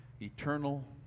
eternal